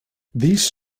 these